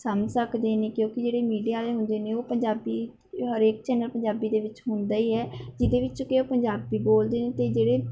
ਸਮਝ ਸਕਦੇ ਨੇ ਕਿਉਂਕਿ ਜਿਹੜੇ ਮੀਡੀਆ ਵਾਲੇ ਹੁੰਦੇ ਨੇ ਉਹ ਪੰਜਾਬੀ ਹਰੇਕ ਚੈਨਲ ਪੰਜਾਬੀ ਦੇ ਵਿੱਚ ਹੁੰਦਾ ਹੀ ਹੈ ਜਿਹਦੇ ਵਿੱਚ ਕਿ ਉਹ ਪੰਜਾਬੀ ਬੋਲਦੇ ਨੇ ਅਤੇ ਜਿਹੜੇ